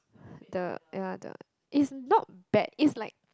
the ya the it's not bad it's like